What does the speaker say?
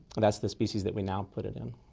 and that's the species that we now put it in.